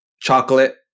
chocolate